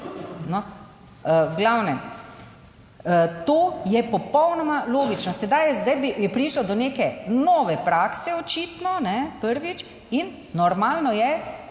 to je popolnoma logično. Zdaj je prišlo do neke nove prakse, očitno ne prvič in normalno je,